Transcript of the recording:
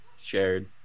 shared